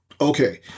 Okay